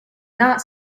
not